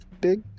big